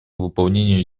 выполнению